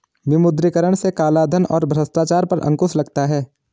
विमुद्रीकरण से कालाधन और भ्रष्टाचार पर अंकुश लगता हैं